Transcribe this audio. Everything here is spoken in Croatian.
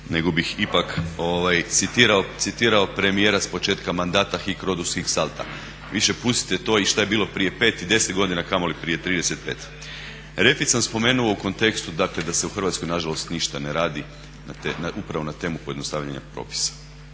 nego bih ipak citirao premijera s početka mandata hic Rodus hic salta. Više pustite to i šta je bilo prije pet i deset godina, kamoli prije 35. Refit sam spomenuo u kontekstu, dakle da se u Hrvatskoj na žalost ništa ne radi upravo na temu pojednostavljenja propisa.